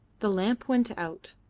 the lamp went out.